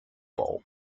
bowl